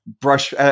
Brush